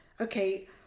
okay